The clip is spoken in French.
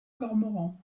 cormorans